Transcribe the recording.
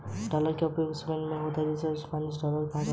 dollar का प्रयोग Spain में भी होता है जिसे स्पेनिश डॉलर कहा जाता है